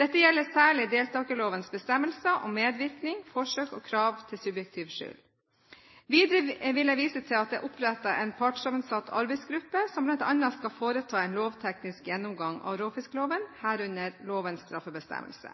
Dette gjelder særlig deltakerlovens bestemmelser om medvirkning, forsøk og krav til subjektiv skyld. Videre vil jeg vise til at det er opprettet en partssammensatt arbeidsgruppe som bl.a. skal foreta en lovteknisk gjennomgang av råfiskloven, herunder lovens straffebestemmelse.